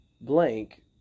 blank